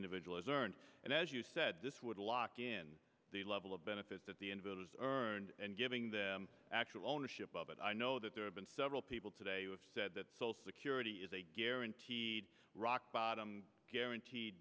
individual is earned and as you said this would lock in the level of benefits at the end of it was earned and giving the actual ownership of it i know that there have been several people today who have said that so security is a guaranteed rock bottom guaranteed